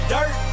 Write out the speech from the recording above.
Dirt